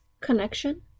connection